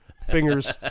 Fingers